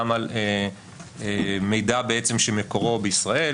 גם על מידע בעצם שמקורו בישראל,